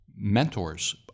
mentors